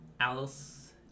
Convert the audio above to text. Alice